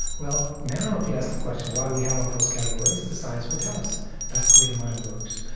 well, now if you ask the question, why do we have all those categories, the science will tell us that's the way the mind works.